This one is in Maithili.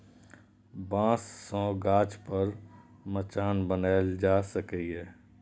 बांस सं गाछ पर मचान बनाएल जा सकैए